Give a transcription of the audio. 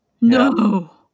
No